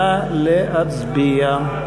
נא להצביע.